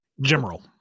General